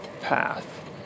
path